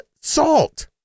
salt